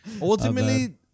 Ultimately